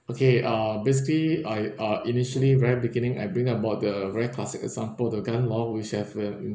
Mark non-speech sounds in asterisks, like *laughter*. okay ah basically I ah initially very beginning I bring about the very classic example the gun law which have uh *noise*